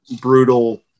brutal